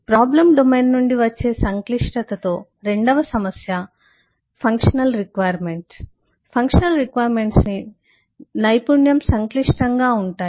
problem domain నుండి వచ్చే సంక్లిష్టతతో రెండవ సమస్య క్రియాత్మక అవసరాలుని నైపుణ్యం సంక్లిష్టంగా ఉంటాయి